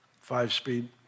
five-speed